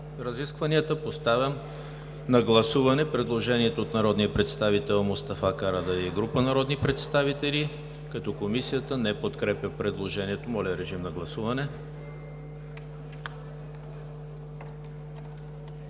разискванията. Подлагам на гласуване предложението на народния представител Мустафа Карадайъ и група народни представители. Комисията не подкрепя предложението. Гласували